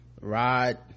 Rod